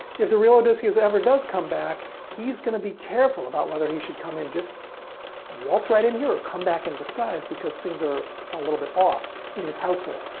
if the real odysseus ever does come back, he's going to be careful about whether he should come in just waltz right in here, or come back in disguise because things are a little bit off in his household.